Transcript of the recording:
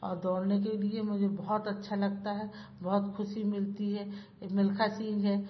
और दौड़ने के लिए मुझे बहुत अच्छा लगता है बहुत अच्छा लगता है बहुत ख़ुशी मिलती है एक मिल्खा सिंह है